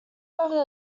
over